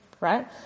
Right